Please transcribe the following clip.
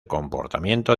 comportamiento